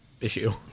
issue